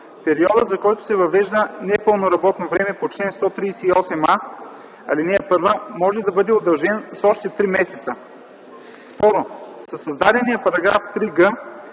периодът, за който се въвежда непълното работно време по чл. 138а, ал. 1, може да бъде удължен с още три месеца. Второ, със създадения § 3г